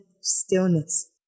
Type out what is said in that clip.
stillness